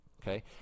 okay